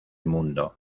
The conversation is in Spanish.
mundo